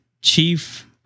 chief